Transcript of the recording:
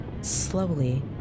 Slowly